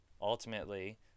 Ultimately